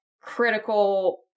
critical